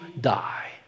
die